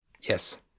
Yes